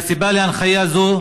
הוא הסיבה להנחיה זו,